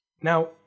Now